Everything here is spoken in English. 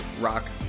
rock